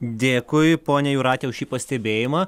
dėkui ponia jūrate už šį pastebėjimą